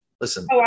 Listen